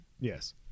Yes